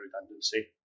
redundancy